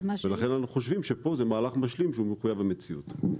אנחנו חושבים שפה זה מהלך משלים שהוא מחויב המציאות.